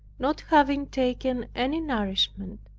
not having taken any nourishment,